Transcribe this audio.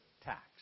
tax